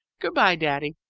goodbye, daddy.